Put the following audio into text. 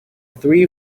three